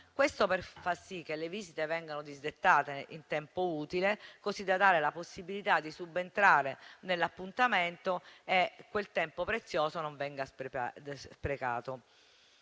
Questo per far sì che le visite vengano disdette in tempo utile, così da dare la possibilità di subentrare nell'appuntamento, affinché quel tempo prezioso non venga sprecato.